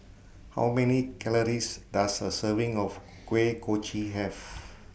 How Many Calories Does A Serving of Kuih Kochi Have